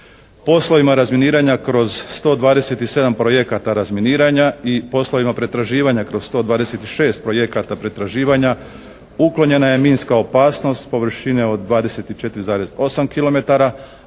Poslovima razminiranja kroz 127 projekata razminiranja i poslovima pretraživanja kroz 126 projekata pretraživanja uklonjena je minska opasnost površine od 24,8